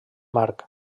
march